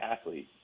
athlete